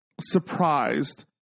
surprised